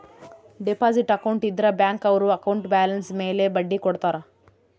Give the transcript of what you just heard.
deposit account ಇದ್ರ bank ಅವ್ರು account balance ಮೇಲೆ ಬಡ್ಡಿ ಕೊಡ್ತಾರ